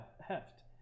heft